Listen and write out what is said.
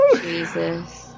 Jesus